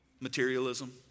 Materialism